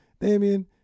Damien